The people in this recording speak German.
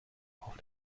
auf